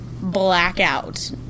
blackout